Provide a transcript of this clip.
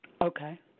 Okay